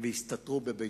והסתתרו בביתם.